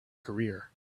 career